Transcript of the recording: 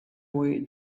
way